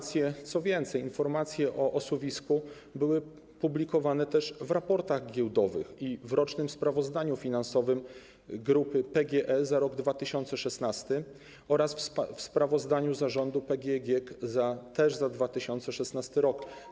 Co więcej, informacje o osuwisku były publikowane w raportach giełdowych i w rocznym sprawozdaniu finansowym grupy PGE za rok 2016 oraz w sprawozdaniu zarządu PGE GiEK też za 2016 r.